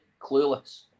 clueless